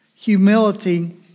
humility